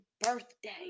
birthday